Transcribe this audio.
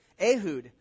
Ehud